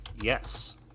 Yes